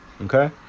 okay